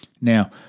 Now